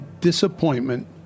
disappointment